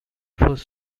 first